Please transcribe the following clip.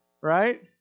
Right